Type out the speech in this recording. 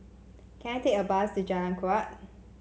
can I take a bus to Jalan Kuak